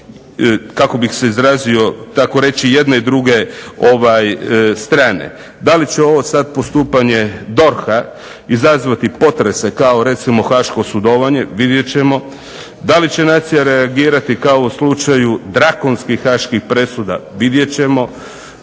kako bih se izrazio, takoreći jedne i druge strane. Da li će ovo sad postupanje DORH-a izazvati potrese kao recimo haško sudovanje, vidjet ćemo. Da li će nacija reagirati kao u slučaju drakonskih haških presuda, vidjet ćemo.